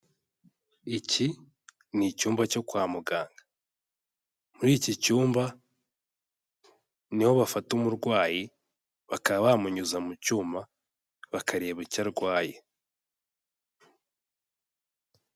Iki ni icyumba cyo kwa muganga, muri iki cyumba ni ho bafata umurwayi, bakaba bamunyuza mu cyuma, bakareba icyo arwaye.